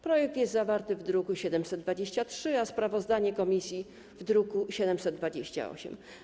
Projekt ustawy jest zawarty w druku nr 723, a sprawozdanie komisji - w druku nr 728.